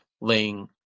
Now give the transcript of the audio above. laying